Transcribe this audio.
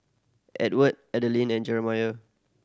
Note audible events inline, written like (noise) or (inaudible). Edward Adalyn and (unintelligible)